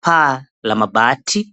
paa la mabati.